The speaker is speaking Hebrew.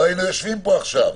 לא היינו יושבים פה עכשיו.